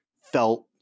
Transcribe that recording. felt